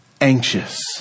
anxious